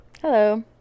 Hello